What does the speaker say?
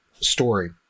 story